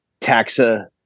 taxa